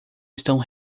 estão